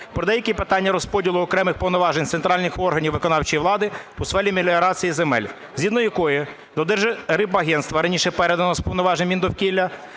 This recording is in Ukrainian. про "Деякі питання розподілу окремих повноважень центральних органів виконавчої влади у сфері меліорації земель", згідно якої до Держрибагентства, раніше переданого з повноважень Міндовкілля